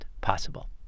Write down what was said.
possible